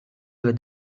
with